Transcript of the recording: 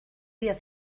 día